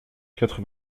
quatre